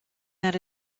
that